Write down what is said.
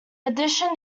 addition